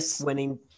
winning